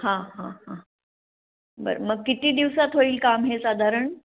हां हां हां बरं मग किती दिवसात होईल काम हे साधारण